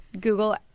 Google